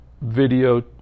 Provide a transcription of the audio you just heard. video